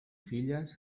filles